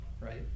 right